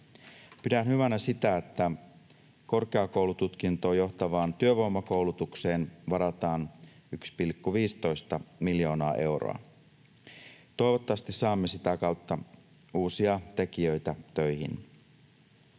Pidän hyvänä sitä, että korkeakoulututkintoon johtavaan työvoimakoulutukseen varataan 1,15 miljoonaa euroa. Toivottavasti saamme sitä kautta uusia tekijöitä töihin.